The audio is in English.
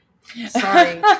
Sorry